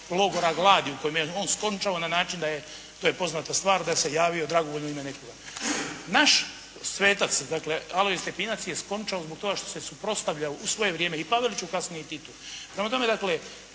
logora gladi u kojem je on skončao na način da je, to je poznata stvar da se javio dragom u ime nekoga. Naš svetac, dakle Alojzije Stepinac je skončao zbog toga što se suprotstavljao u svoje vrijeme i Paveliću a kasnije i Titu. Prema tome dakle